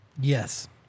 Yes